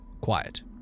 Quiet